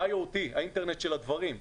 ה-IOT, האינטרנט של הדברים.